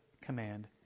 command